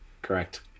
Correct